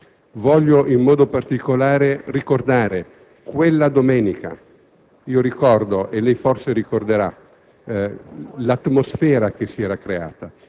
Voglio, in modo particolare, ricordare quella domenica. Ricordo - e anche lei forse ricorderà - l'atmosfera che si era creata: